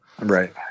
Right